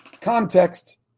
context